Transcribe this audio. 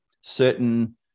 certain